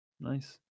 Nice